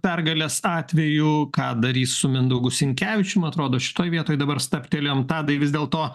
pergalės atveju ką darys su mindaugu sinkevičium atrodo šitoj vietoj dabar stabtelėjom tadai vis dėlto